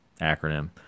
acronym